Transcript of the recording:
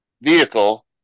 vehicle